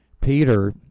Peter